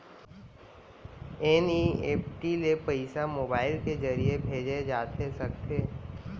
NEFT ले पइसा mobile के ज़रिए भेजे जाथे सकथे?